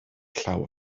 llaw